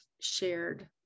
shared